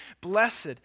Blessed